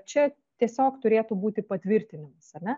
čia tiesiog turėtų būti patvirtinimas ar ne